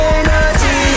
energy